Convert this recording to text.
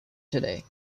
today